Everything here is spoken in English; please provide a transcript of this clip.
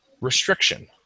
restriction